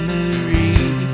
Marie